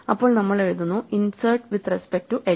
അപ്പോൾ നമ്മൾ എഴുതുന്നു insert with respect to h